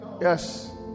Yes